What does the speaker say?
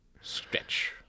stretch